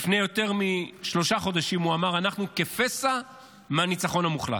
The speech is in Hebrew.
לפני יותר משלושה חודשים הוא אמר: אנחנו כפסע מהניצחון המוחלט,